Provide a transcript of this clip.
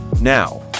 now